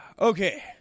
Okay